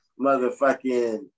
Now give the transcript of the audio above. Motherfucking